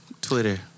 Twitter